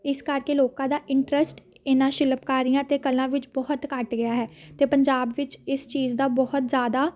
ਇਸ ਕਰਕੇ ਲੋਕਾਂ ਦਾ ਇੰਟਰਸਟ ਇਹਨਾਂ ਸ਼ਿਲਪਕਾਰੀਆਂ ਅਤੇ ਕਲਾਂ ਵਿੱਚ ਬਹੁਤ ਘੱਟ ਗਿਆ ਹੈ ਅਤੇ ਪੰਜਾਬ ਵਿੱਚ ਇਸ ਚੀਜ਼ ਦਾ ਬਹੁਤ ਜ਼ਿਆਦਾ